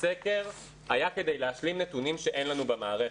הסקר היה כדי להשלים נתונים שאין לנו במערכת.